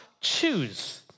choose